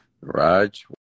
Raj